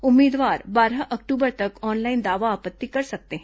उम्मीदवार बारह अक्टूबर तक ऑनलाइन दावा आपत्ति कर सकते हैं